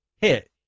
hit